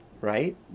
right